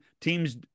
teams